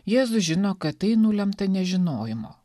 jėzus žino kad tai nulemta nežinojimo